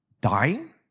dying